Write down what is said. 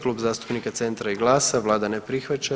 Klub zastupnika Centra i GLAS-a, vlada ne prihvaća.